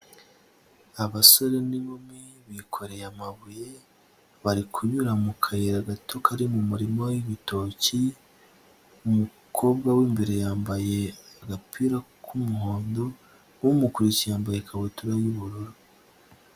Abasore n'inkumi bikoreye amabuye bari kunyura mu kayira gato kari mu murima w'ibitoki, umukobwa w'imbere yambaye agapira k'umuhondo umukurikiye yambaye ikabutura y'ubururu.